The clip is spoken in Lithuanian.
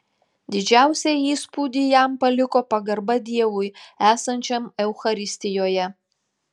didžiausią įspūdį jam paliko pagarba dievui esančiam eucharistijoje